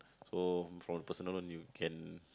so for personal loan you can